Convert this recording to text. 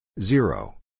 Zero